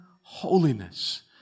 holiness